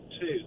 two